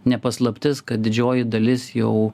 ne paslaptis kad didžioji dalis jau